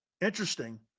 Interesting